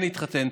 כן להתחתן,